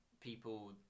people